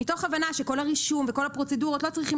מתוך הבנה שכל הרישום וכל הפרוצדורות לא צריכים